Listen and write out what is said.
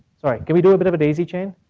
sorry can we do a bit of a daisy chain,